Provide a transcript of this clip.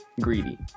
Greedy